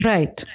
Right